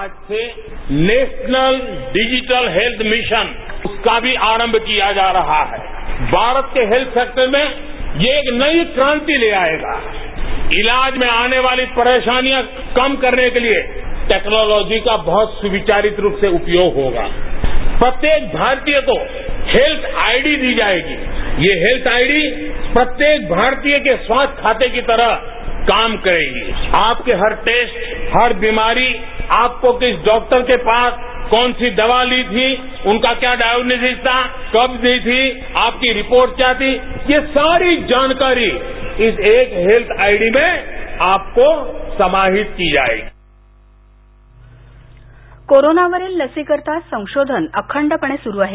आज से national health digital mission इसका भी आरंभ किया जा रहा है भारत के हेस्थ सेक्टर में ये एक नई क्रांति ले आएगा इलाज में आने वाली परेशानियां कम करने के लिए टैक्नॉलोजी का बहुत सुविचारित रूप से उपयोग होगा प्रत्येक भारतीय को हेल्थ आईडी दी जायेगी ये हेल्थ आईडी प्रत्येक भारतीय के स्वास्थ्य खाते की तरह काम करेगी आपके हर टेस्ट हर बीमारी आपको किस डॉक्टर के पास कौन सी दवा ली थी उनका क्या डायग्नोजिज था कब दी थी आपकी रिपोर्ट क्या थी ये सारी जानकारी इस एक हेल्थ आइडी में आपको समाहित की जाएगी कोरोनावरील लसीकरिता संशोधन अखंडपणे सुरु आहे